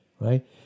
right